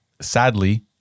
sadly